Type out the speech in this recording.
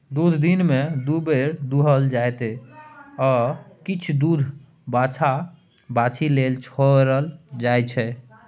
दुध दिनमे दु बेर दुहल जेतै आ किछ दुध बछ्छा बाछी लेल छोरल जाइ छै